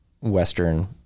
Western